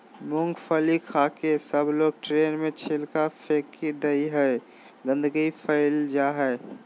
मूँगफली खाके सबलोग ट्रेन में छिलका फेक दे हई, गंदगी फैल जा हई